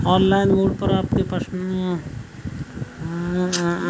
online mode आपके personal loan आवेदन की स्थिति पर नज़र रखने का सबसे आसान तरीका है